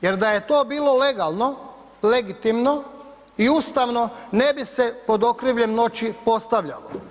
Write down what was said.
Jer da je to bilo legalno, legitimno i ustavno ne bi se pod okriljem noći postavljalo.